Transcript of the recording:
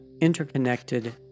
interconnected